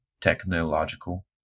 technological